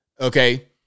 Okay